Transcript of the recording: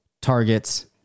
targets